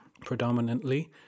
predominantly